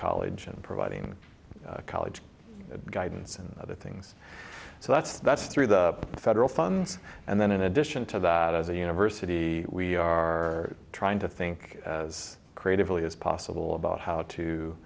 college and providing college guidance and other things so that's that's through the federal funds and then in addition to that as a university we are trying to think as creatively as possible about how to